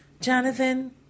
Jonathan